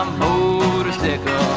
motorcycle